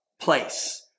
place